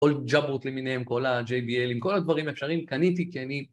כל ג'אברות למיניהם, כל ה-JBLים, כל הדברים האפשרים קניתי כי אני...